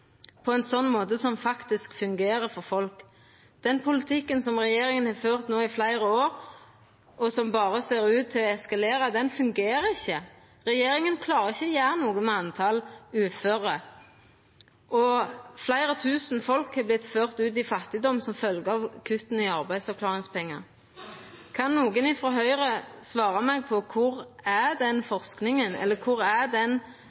på ein måte som faktisk fungerer for folk. Den politikken som regjeringa har ført no i fleire år, og som berre ser ut til å eskalera, fungerer ikkje. Regjeringa klarer ikkje å gjera noko med talet på uføre. Fleire tusen menneske er førte ut i fattigdom som følgje av kutt i arbeidsavklaringspengar. Kan nokon frå Høgre svara meg på kor den forskinga eller den eksperten er